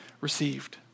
received